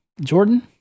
Jordan